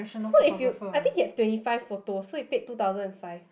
so if you I think he had twenty five photos so it take two thousand and five